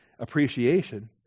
appreciation